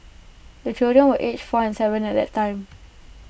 the children were aged four and Seven at that time